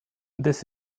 this